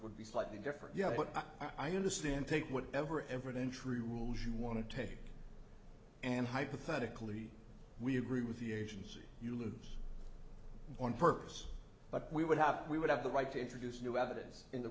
will be slightly different yeah but i understand take whatever entered in true rules you want to take and hypothetically we agree with the agency you lose on purpose but we would have we would have the right to introduce new evidence in the